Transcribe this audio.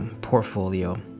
portfolio